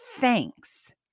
thanks